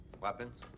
Weapons